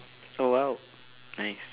oh !wow! nice